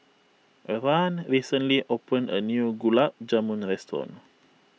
Rahn recently opened a new Gulab Jamun restaurant